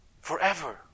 forever